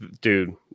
dude